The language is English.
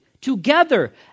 together